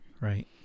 Right